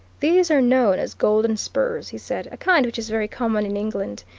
these are known as golden spurs, he said, a kind which is very common in england.